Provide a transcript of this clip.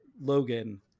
Logan